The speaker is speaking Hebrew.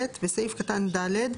(ב) בסעיף קטן (ד),